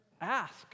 ask